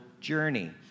journey